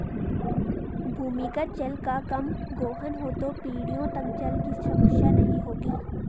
भूमिगत जल का कम गोहन हो तो पीढ़ियों तक जल की समस्या नहीं होगी